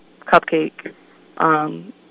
cupcake